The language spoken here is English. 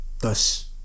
thus